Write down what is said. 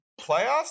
playoffs